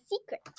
secret